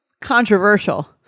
controversial